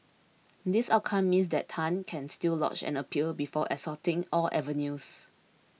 this outcome means that Tan can still lodge an appeal before exhausting all avenues